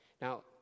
Now